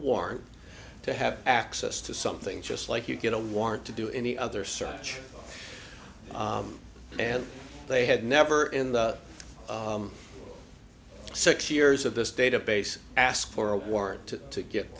warrant to have access to something just like you get a warrant to do any other search and they had never in the six years of this database asked for a warrant to get